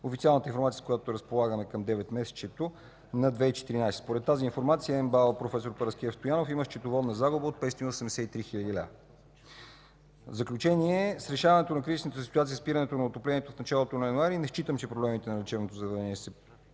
Официалната информация, с която разполагаме към 9-месечието на 2014 г., е, че МБАЛ „Проф. Параскев Стоянов” има счетоводна загуба от 583 хил. лв. В заключение – с решаването на критичната ситуация на спирането на отоплението в началото на януари не считам, че проблемите на лечебното заведение са